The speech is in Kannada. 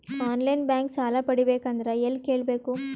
ಆನ್ ಲೈನ್ ಬ್ಯಾಂಕ್ ಸಾಲ ಪಡಿಬೇಕಂದರ ಎಲ್ಲ ಕೇಳಬೇಕು?